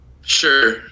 Sure